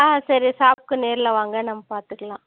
ஆ சரி ஷாப்புக்கு நேரில் வாங்க நாம் பார்த்துக்குலாம்